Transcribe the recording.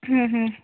ହୁଁ ହୁଁ